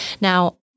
Now